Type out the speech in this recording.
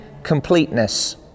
completeness